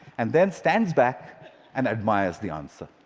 and then stands back and admires the answer.